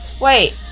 Wait